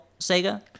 Sega